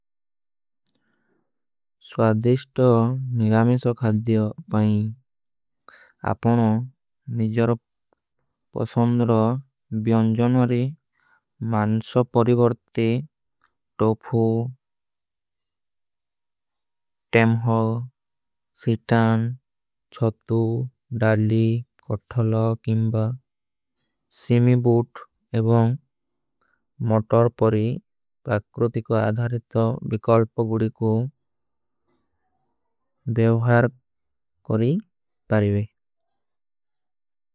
ସ୍ଵାଧିଷ୍ଟୋ ନିରାମିଶୋ ଖାଧିଯୋ ପାଇଂ ଆପନୋ। ନିଜର ପସଂଦରୋ ବ୍ଯୋଂଜନୋରୀ ମାନସୋ ପରିଵର୍ତେ। ଟୋଫୂ, ଟେମହଲ, ସୀଟାନ, ଛତୁ, ଡାଲୀ। କଠଲା, କିମବା, ସୀମୀ ବୂଟ ଏବଂଗ। ମଟର ପରୀ ପ୍ରାକ୍ରୁତିକୋ ଆଧାରିତୋ ଵିକଲ୍ପ। ପଗୁଡିକୋ ଦେଵହର୍ଟ କୋରୀ ପରିଵେ।